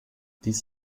dies